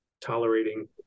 tolerating